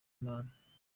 imana